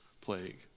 plague